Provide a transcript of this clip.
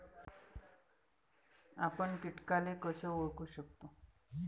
आपन कीटकाले कस ओळखू शकतो?